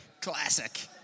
classic